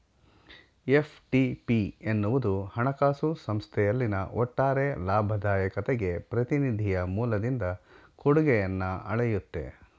FTP ಎನ್ನುವುದು ಹಣಕಾಸು ಸಂಸ್ಥೆಯಲ್ಲಿನ ಒಟ್ಟಾರೆ ಲಾಭದಾಯಕತೆಗೆ ಪ್ರತಿನಿಧಿಯ ಮೂಲದಿಂದ ಕೊಡುಗೆಯನ್ನ ಅಳೆಯುತ್ತೆ